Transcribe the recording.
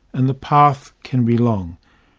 and the path can be long.